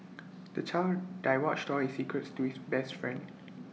the child divulged all his secrets to his best friend